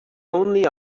only